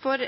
for